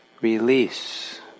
release